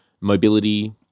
mobility